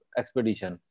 expedition